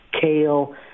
kale